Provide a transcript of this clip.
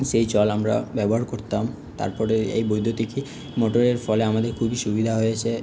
সেই জল আমরা ব্যবহার করতাম তারপরে এই বৈদ্যুতিকে মোটরের ফলে আমাদের খুবই সুবিধা হয়েছে